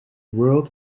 world